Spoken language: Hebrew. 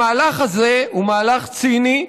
המהלך הזה הוא מהלך ציני,